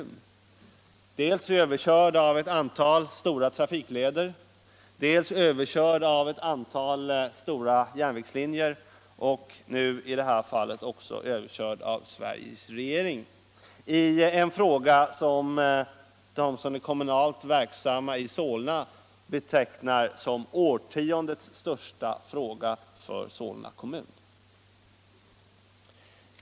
Den är då i det läget att den är överkörd av ett antal stora trafikleder, överkörd av ett antal stora järnvägslinjer och nu också överkörd av Sveriges regering i en fråga som de som är kommunalt verksamma i Solna betecknar som årtiondets största för Solna kommun.